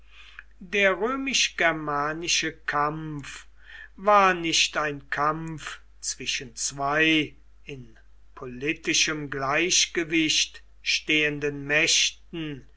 der römisch germanische kampf war nicht ein kampf zwischen zwei in politischem gleichgewicht stehenden mächten